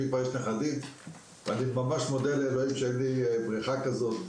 יש לי כבר נכדים ואני ממש מודה לאלוהים שאין לי בריכה כזאת,